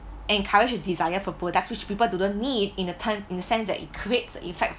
encourage a desire for products which people do not need in attempt in the sense that it creates a effect